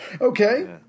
Okay